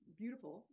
beautiful